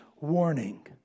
warning